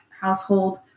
household